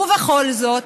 ובכל זאת,